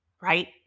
right